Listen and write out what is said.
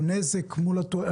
או נזק מול תועלת.